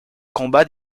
combat